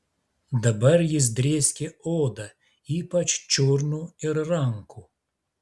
dabar jis drėskė odą ypač čiurnų ir rankų